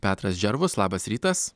petras džervus labas rytas